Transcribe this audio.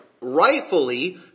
rightfully